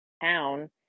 town